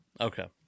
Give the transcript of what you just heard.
okay